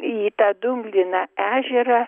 į tą dumbliną ežerą